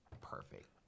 perfect